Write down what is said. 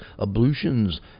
ablutions